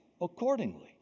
accordingly